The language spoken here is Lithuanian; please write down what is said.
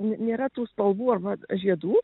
nėra tų spalvų arba žiedų